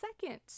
second